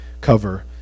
cover